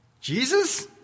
Jesus